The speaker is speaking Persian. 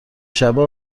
شبه